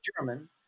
german